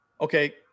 okay